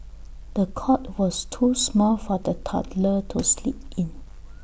the cot was too small for the toddler to sleep in